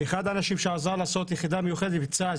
אחד האנשים שעזר להקים יחידה מיוחדת בצה"ל,